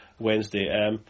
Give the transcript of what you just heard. Wednesday